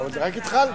רק התחלתי,